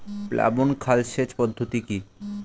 প্লাবন খাল সেচ পদ্ধতি কি?